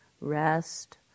rest